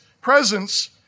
presence